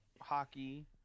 hockey